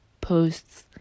posts